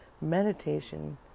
Meditation